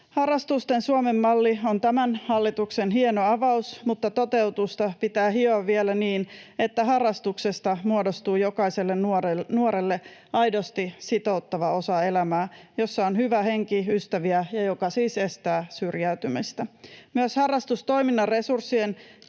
Harrastusten Suomen malli on tämän hallituksen hieno avaus, mutta toteutusta pitää hioa vielä niin, että harrastuksesta muodostuu jokaiselle nuorelle aidosti sitouttava osa elämää, jossa on hyvä henki, ystäviä, ja joka siis estää syrjäytymistä. Myös harrastustoiminnan resurssien,